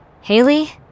Haley